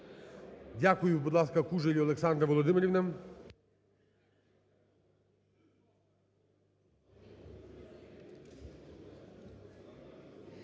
Дякую. Будь ласка, Кужель Олександра Володимирівна.